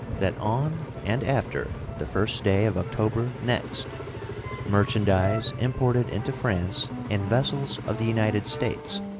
that on and after the first day of october next merchandise imported into france in vessels of the united states,